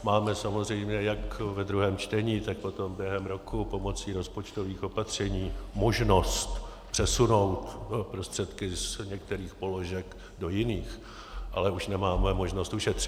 Máme samozřejmě jak ve druhém čtení, tak potom během roku pomocí rozpočtových opatření možnost přesunout prostředky z některých položek do jiných, ale už nemáme možnost ušetřit.